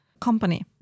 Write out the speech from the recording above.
company